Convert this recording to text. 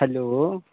hello